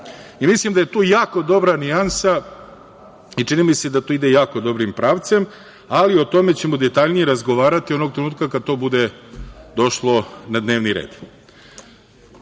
da je to jako dobra nijansa i čini mi se, da to ide jako dobrim pravcem, ali o tome ćemo detaljnije razgovarati onog trenutka kada to bude došlo na dnevni red. Pri